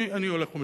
אני הולך ומסיים.